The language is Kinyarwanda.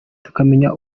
tukamenya